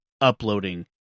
uploading